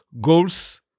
goals